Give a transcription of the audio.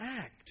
act